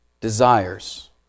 desires